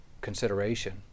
consideration